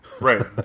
Right